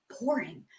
boring